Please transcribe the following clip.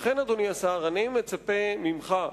לכן, אדוני השר, אני מצפה ממך,